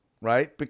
Right